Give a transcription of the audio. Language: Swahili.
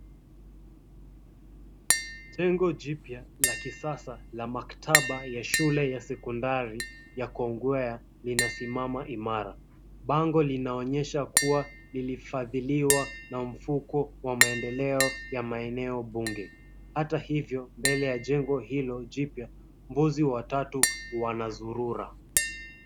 Jengo jipya la kisasa la maktaba ya shule ya sekondari ya Kongwea linasimama imara. Bango linaonyesha kuwa lilifadhiliwa na mfuko wa maendeleo ya maeneo bunge. Hata hivyo, mbele ya jengo hilo jipya, mbuzi watatu wanazurura.